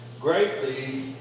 greatly